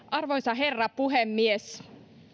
arvoisa herra puhemies